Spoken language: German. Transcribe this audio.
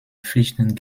pflichten